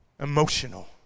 emotional